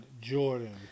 Jordan